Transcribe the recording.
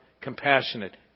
compassionate